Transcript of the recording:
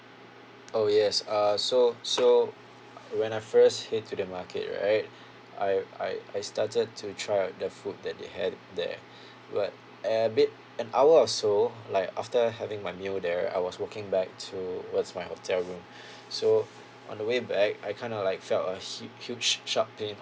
oh yes err so so when I first head to the market right I I I started to try out the food that they had there but a bit an hour or so like after I having my meal there I was walking back to where's my hotel room so on the way back I kind of like felt a huge huge sharp pain